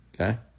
okay